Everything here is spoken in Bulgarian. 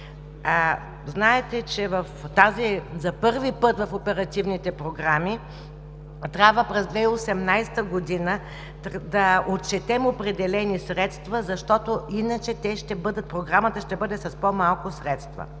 Знаете, че за първи път в оперативните програми трябва през 2018 г. да отчетем определени средства, защото иначе програмата ще бъде с по-малко средства.